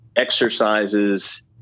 exercises